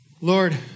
Lord